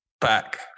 back